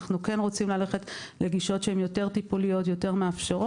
אנחנו כן רוצים ללכת לגישות יותר טיפוליות ומאפשרות,